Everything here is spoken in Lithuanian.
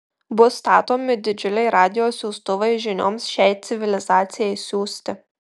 bus statomi didžiuliai radijo siųstuvai žinioms šiai civilizacijai siųsti